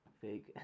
fake